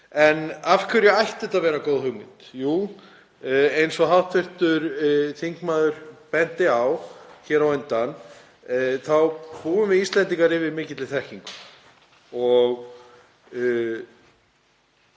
En af hverju er þetta góð hugmynd? Jú, eins og hv. þingmaður benti á hér á undan þá búum við Íslendingar yfir mikilli þekkingu og